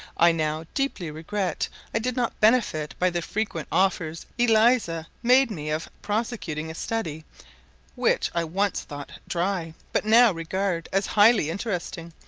i now deeply regret i did not benefit by the frequent offers eliza made me of prosecuting a study which i once thought dry, but now regard as highly interesting,